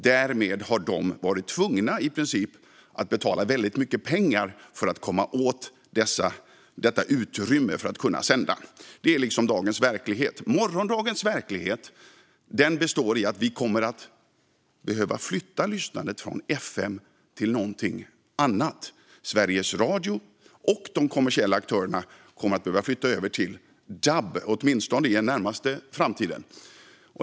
Därmed har de i princip varit tvungna att betala väldigt mycket pengar för att komma åt detta utrymme och kunna sända. Det är dagens verklighet. Morgondagens verklighet består i att vi kommer att behöva flytta lyssnandet från FM till någonting annat. Sveriges Radio och de kommersiella aktörerna kommer att behöva flytta över till dab, åtminstone inom den närmaste framtiden.